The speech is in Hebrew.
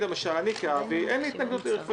לי כאבי אין התנגדות לצו בעניין רכבי